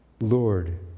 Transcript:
Lord